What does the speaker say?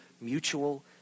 mutual